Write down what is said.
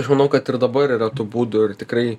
aš manau kad ir dabar yra tų būdų ir tikrai